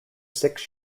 six